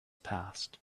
passed